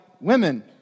women